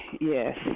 yes